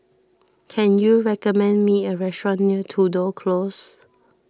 can you recommend me a restaurant near Tudor Close